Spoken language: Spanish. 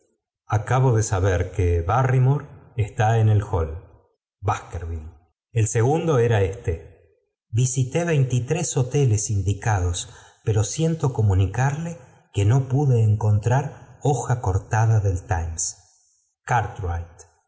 acabo de saber que barrymoro está en el hall baskcrvilíe el segundo era éste visité veintitrés hoteles indicados pero siento comunicarle no pude encontrar hoja cortada del time